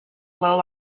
low